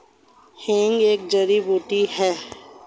हींग एक जड़ी बूटी है